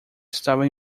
estava